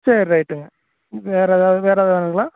சரி ரைட்டுங்க வேறு ஏதாவது வேறு ஏதாவது வேணுங்களா